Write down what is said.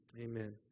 Amen